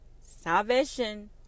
salvation